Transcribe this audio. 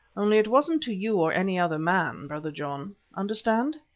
only it wasn't to you or any other man, brother john. understand?